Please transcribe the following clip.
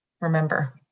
remember